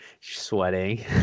Sweating